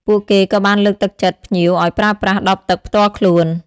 ពួកគេក៏បានលើកទឹកចិត្តភ្ញៀវឱ្យប្រើប្រាស់ដបទឹកផ្ទាល់ខ្លួន។